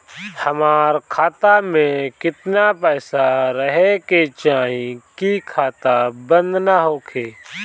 हमार खाता मे केतना पैसा रहे के चाहीं की खाता बंद ना होखे?